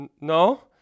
No